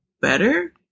better